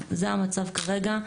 זה המצב כרגע,